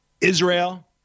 Israel